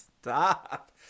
Stop